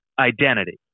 identity